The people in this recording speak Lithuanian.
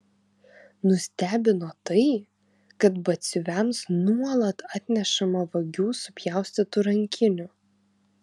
nustebino tai kad batsiuviams nuolat atnešama vagių supjaustytų rankinių